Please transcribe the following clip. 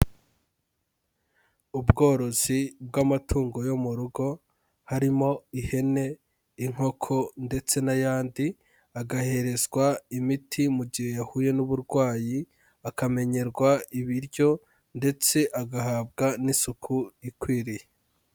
Ubworozi bw'amatungo yo mu rugo harimo ihene, inkoko ndetse n'ayandi, agaherezwa imiti mu gihe yahuye n'uburwayi ,akamenyerwa ibiryo ndetse agahabwa n'isuku ikwiriye.